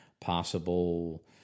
possible